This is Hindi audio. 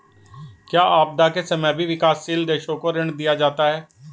क्या आपदा के समय भी विकासशील देशों को ऋण दिया जाता है?